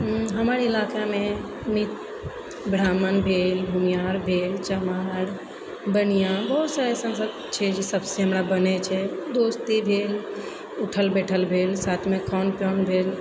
हमर इलाकामे ब्राह्मण भेल भूमिहार भेल चमार बनिआ बहुत सारा अइसन छै जाहि सबसँ हमरा बनै छै दोस्ती भेल उठल बैठल भेल साथमे खान पान भेल